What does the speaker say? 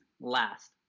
last